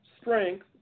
strength